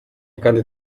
kandi